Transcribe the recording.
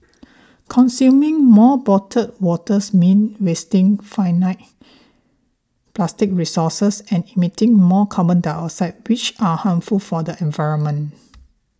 consuming more bottled waters means wasting finite plastic resources and emitting more carbon dioxide which are harmful for the environment